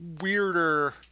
weirder